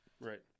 Right